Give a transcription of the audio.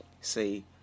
Say